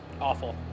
Awful